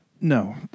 No